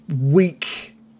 weak